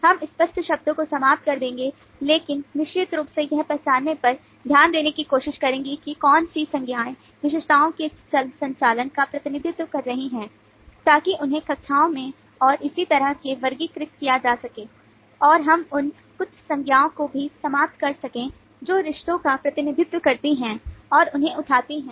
हम अस्पष्ट शब्दों को समाप्त कर देंगे लेकिन निश्चित रूप से यह पहचानने पर ध्यान देने की कोशिश करेंगे कि कौन सी संज्ञाएं विशेषताओं के संचालन का प्रतिनिधित्व कर रही हैं ताकि उन्हें कक्षाओं में और इसी तरह से वर्गीकृत किया जा सके और हम उन कुछ संज्ञाओं को भी समाप्त कर सकें जो रिश्तों का प्रतिनिधित्व करती हैं और उन्हें उठाती हैं